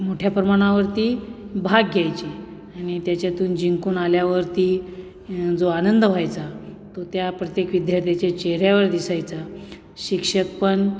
मोठ्या प्रमाणावरती भाग घ्यायची आणि त्याच्यातून जिंकून आल्यावरती जो आनंद व्हायचा तो त्या प्रत्येक विद्यार्थ्याच्या चेहऱ्यावर दिसायचा शिक्षक पण